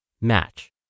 match